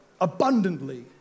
abundantly